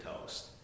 toast